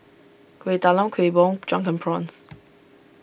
Kuih Talam Kuih Bom Drunken Prawns